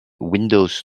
windows